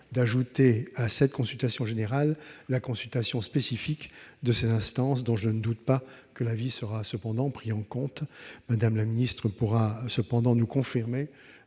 d'ajouter à cette consultation générale la consultation spécifique de ces instances, dont je ne doute pas que l'avis sera cependant pris en compte- Mme la ministre pourra cependant nous confirmer